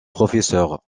professeurs